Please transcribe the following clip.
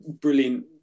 brilliant